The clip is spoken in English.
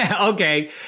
Okay